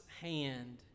Hand